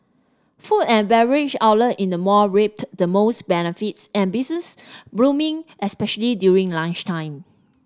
food and beverage outlet in the mall reaped the most benefits and business booming especially during lunchtime